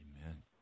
Amen